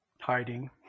hiding